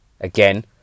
Again